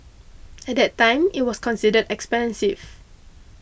at that time it was considered expensive